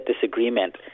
disagreement